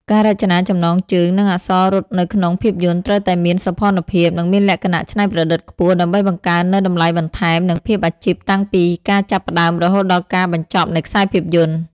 ការរចនាចំណងជើង និងអក្សររត់នៅក្នុងភាពយន្តត្រូវតែមានសោភ័ណភាព និងមានលក្ខណៈច្នៃប្រឌិតខ្ពស់ ដើម្បីបង្កើននូវតម្លៃបន្ថែម និងភាពអាជីពតាំងពីការចាប់ផ្ដើមរហូតដល់ការបញ្ចប់នៃខ្សែភាពយន្ត។